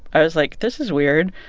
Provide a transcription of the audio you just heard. i was like, this is weird.